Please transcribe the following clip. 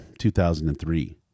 2003